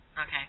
Okay